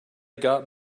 got